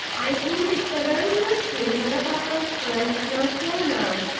i think it's a very good thing your papa's friend is not here now,